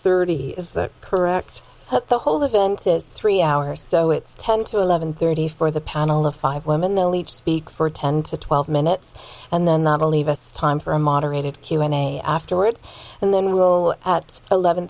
thirty is that correct but the whole event is three hours so it's ten to eleven thirty for the panel of five women they'll each speak for ten to twelve minutes and then not only best time for a moderated q and a afterwards and then we'll at eleven